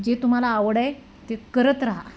जे तुम्हाला आवड आहे ते करत रहा